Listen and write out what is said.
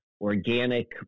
organic